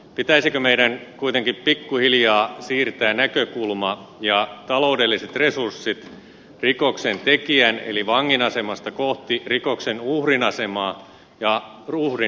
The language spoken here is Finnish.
pitäisikö meidän kuitenkin pikkuhiljaa siirtää näkökulma ja taloudelliset resurssit rikoksen tekijän eli vangin asemasta kohti rikoksen uhrin asemaa ja uhrin oikeuksia